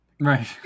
Right